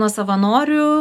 nuo savanorių